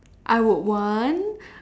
I would want